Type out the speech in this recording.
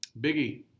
Biggie